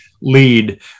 lead